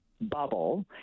bubble